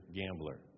gambler